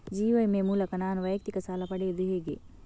ಜೀವ ವಿಮೆ ಮೂಲಕ ನಾನು ವೈಯಕ್ತಿಕ ಸಾಲ ಪಡೆಯುದು ಹೇಗೆ?